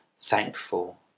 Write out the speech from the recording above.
thankful